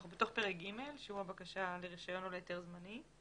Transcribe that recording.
זה בתוך פרק ג'2 שהוא הבקשה לרישיון או להיתר זמני.